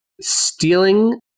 stealing